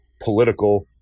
political